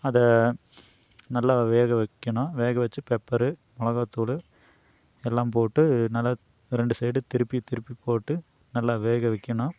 அதை நல்லா வேக வைக்கணும் வேக வச்சு பெப்பரு மிளகா தூள் எல்லாம் போட்டு நல்லா ரெண்டு சைடு திருப்பி திருப்பி போட்டு நல்லா வேக வைக்கணும்